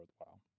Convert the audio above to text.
worthwhile